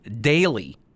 daily